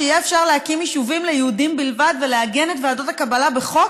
שיהיה אפשר להקים יישובים ליהודים בלבד ולעגן את ועדות הקבלה בחוק?